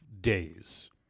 days